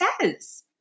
says